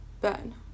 Ben